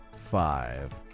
five